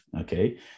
okay